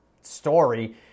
story